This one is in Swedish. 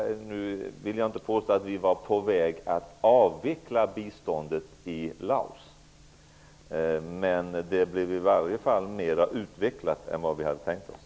Jag vill inte påstå att vi var på väg att avveckla biståndet i Laos, men det blev i varje fall mera utvecklat än vad vi hade tänkt oss.